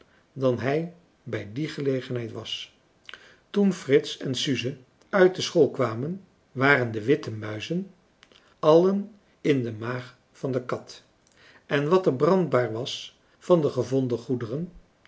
dan hij bij die gelegenheid was toen frits en suze uit de school kwamen waren de witte muizen allen in de maag van de kat en wat er brandbaar was van de gevonden goederen